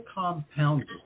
compounded